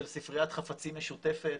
של ספריית חפצים משותפת